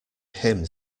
him